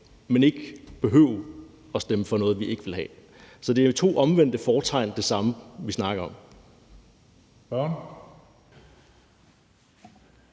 men ikke behøve at stemme for noget, vi ikke ville have. Så det er med to omvendte fortegn det samme, vi snakker om.